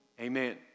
amen